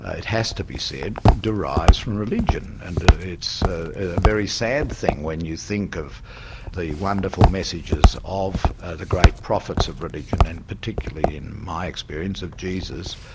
it has to be said, derives from religion, and it's a very sad thing, when you think of the wonderful messages of the great prophets of religion and particularly in my experience of jesus,